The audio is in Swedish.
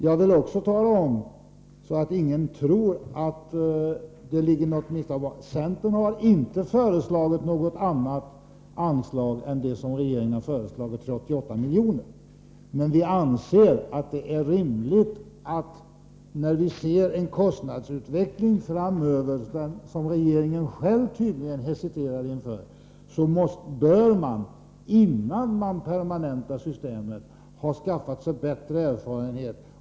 För att ingen skall tro någonting annat vill jag också tala om att centern inte har föreslagit något annat anslagsbelopp än regeringen, nämligen 88 miljoner. Men när vi ser en kostnadsutveckling framöver som regeringen själv tydligen hesiterar inför anser vi det rimligt att man innan man permanentar systemet skall ha skaffat sig bättre erfarenhet.